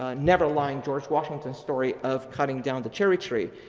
um never lying george washington story of cutting down the cherry tree.